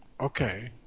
okay